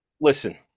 listen